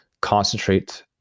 concentrate